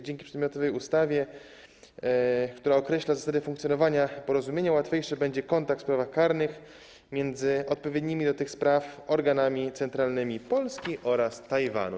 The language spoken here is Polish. Dzięki przedmiotowej ustawie, która określa zasady funkcjonowania porozumienia, łatwiejszy będzie kontakt w sprawach karnych między odpowiednimi do tych spraw organami centralnymi Polski oraz Tajwanu.